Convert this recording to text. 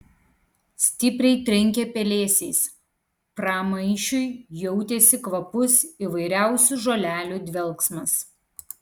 stipriai trenkė pelėsiais pramaišiui jautėsi kvapus įvairiausių žolelių dvelksmas